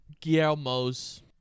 Guillermo's